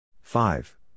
Five